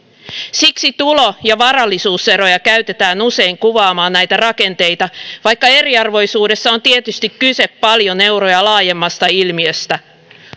siksi tulo ja varallisuuseroja käytetään usein kuvaamaan näitä rakenteita vaikka eriarvoisuudessa on tietysti kyse paljon euroja laajemmasta ilmiöstä